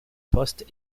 postes